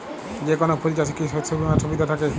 যেকোন ফুল চাষে কি শস্য বিমার সুবিধা থাকে?